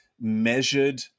measured